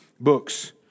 books